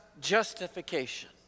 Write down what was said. justification